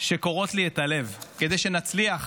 שקורעות לי את הלב: כדי שנצליח